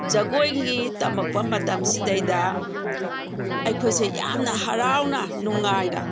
ꯖꯒꯣꯏꯒꯤ ꯇꯝꯂꯛꯄ ꯃꯇꯝꯁꯤꯗꯩꯗ ꯑꯩꯈꯣꯏꯁꯦ ꯌꯥꯝꯅ ꯍꯔꯥꯎꯅ ꯅꯨꯡꯉꯥꯏꯅ